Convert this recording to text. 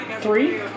Three